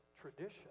tradition